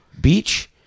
Beach